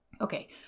okay